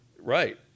right